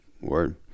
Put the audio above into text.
word